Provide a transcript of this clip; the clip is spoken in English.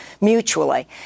mutually